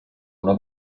una